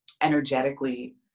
energetically